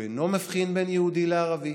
הוא אינו מבחין בין יהודי לערבי,